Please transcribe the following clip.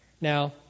Now